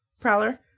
Prowler